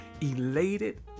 elated